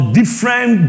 different